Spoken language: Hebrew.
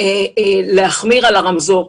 להחמיר על הרמזור,